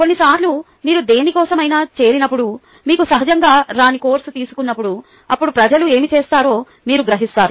కొన్నిసార్లు మీరు దేనికోసమైనా చేరినప్పుడు మీకు సహజంగా రాని కోర్సు తీసుకున్నప్పుడు అప్పుడు ప్రజలు ఏమి చేస్తున్నారో మీరు గ్రహిస్తారు